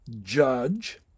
Judge